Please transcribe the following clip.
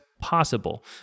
possible